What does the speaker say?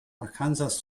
arkansas